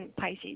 Pisces